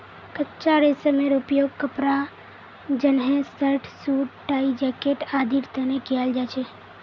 कच्चा रेशमेर उपयोग कपड़ा जंनहे शर्ट, सूट, टाई, जैकेट आदिर तने कियाल जा छे